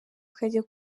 kajya